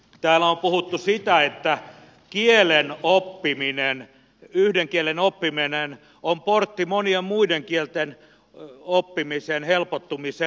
täällä on puhuttu sitä että yhden kielen oppiminen on portti monien muiden kielten oppimisen helpottumiseen